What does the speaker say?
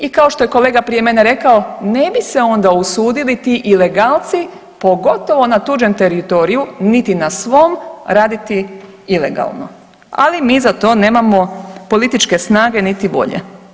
I kao što je kolega prije mene rekao, ne bi se onda usudili ti ilegalci pogotovo na tuđem teritoriju, niti na svom raditi ilegalno, ali mi za to nemamo političke snage niti volje.